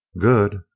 Good